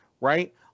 right—